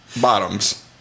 bottoms